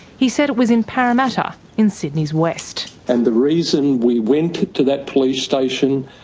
he said it was in parramatta in sydney's west. and the reason we went to that police station,